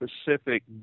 specific